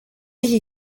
iki